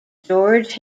george